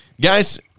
guys